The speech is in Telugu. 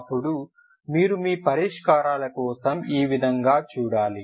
కాబట్టి మీరు మీ పరిష్కారాల కోసం ఈ విధంగా చూడాలి